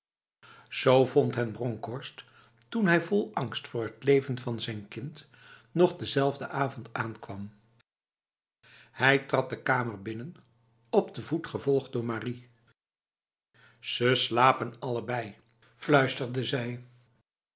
z vond hen bronkhorst toen hij vol angst voor het leven van zijn kind nog dezelfde avond aankwam hij trad de kamer binnen op de voet gevolgd door marie ze slapen allebei fluisterde zij